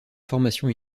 formation